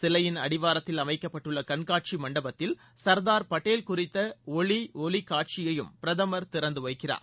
சிலையின் அடிவாரத்தில் அமைக்கப்பட்டுள்ள கண்காட்சி மண்டபத்தில் சர்தார் படேல் குறித்த ஒளி ஒலி காட்சியையும் பிரதமர் திறந்து வைக்கிறார்